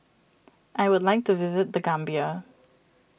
I would like to visit the Gambia